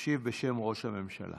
ישיב, בשם ראש הממשלה,